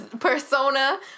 persona